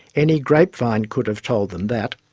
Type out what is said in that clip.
any grape-vine could have told them that.